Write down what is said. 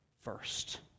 first